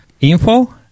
info